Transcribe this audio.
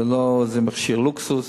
MRI זה לא מכשיר לוקסוס.